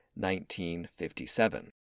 1957